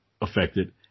affected